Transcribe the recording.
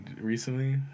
recently